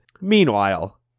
Meanwhile